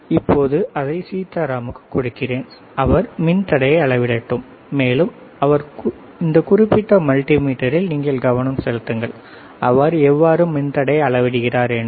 எனவே இப்போது அதை சீதாராமுக்குக் கொடுக்கிறேன் அவர் மின்தடையை அளவிடட்டும் மேலும் இந்த குறிப்பிட்ட மல்டிமீட்டரில் நீங்கள் கவனம் செலுத்துங்கள் அவர் எவ்வாறு மின்தடையை அளவிடுகிறார் என்று